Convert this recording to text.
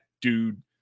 dude